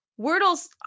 wordle's